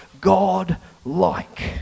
God-like